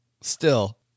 still-